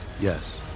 Yes